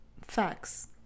facts